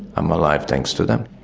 i'm alive thanks to them.